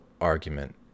argument